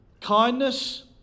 kindness